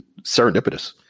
serendipitous